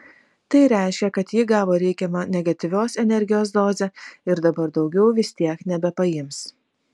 tai reiškia kad ji gavo reikiamą negatyvios energijos dozę ir dabar daugiau vis tiek nebepaims